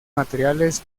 materiales